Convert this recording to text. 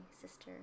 sister